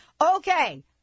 okay